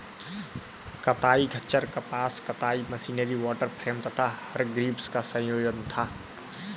कताई खच्चर कपास कताई मशीनरी वॉटर फ्रेम तथा हरग्रीव्स का संयोजन था